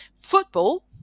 Football